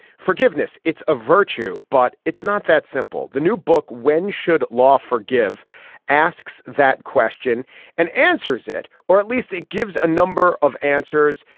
forgiveness. it's a virtue but it's not that simple. the new book when should law forgive asks that question and answers it or at least it gives a number of answers.